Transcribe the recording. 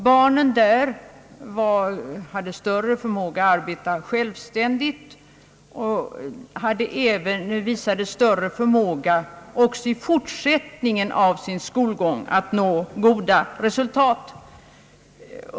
Barnen där hade större förmåga att arbeta självständigt och visade större förmåga att nå goda resultat också under sin fortsatta skolgång.